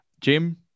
Jim